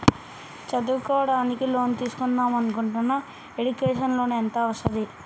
చదువుకోవడానికి లోన్ తీస్కుందాం అనుకుంటున్నా ఎడ్యుకేషన్ లోన్ ఎంత వస్తది?